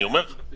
אני אומר לך.